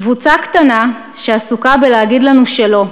קבוצה קטנה שעסוקה בלהגיד לנו שלא,